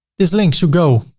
this link should go